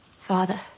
Father